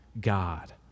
God